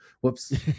whoops